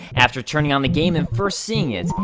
after turning on the game and first seeing it,